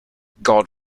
god